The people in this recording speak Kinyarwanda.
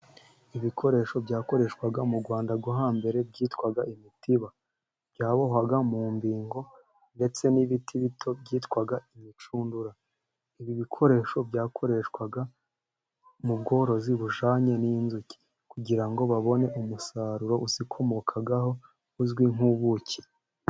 Ibikoresho byakoreshwaga mu Rwanda rwo hambere byitwaga imitiba, byabohwaga mu rubingo ndetse n'ibiti bito byitwaga imishundura. Ibi bikoresho byakoreshwaga mu bworozi bujyanye n'inzuki, kugira ngo babone umusaruro uzikomokaho, uzwi nk'ubuki.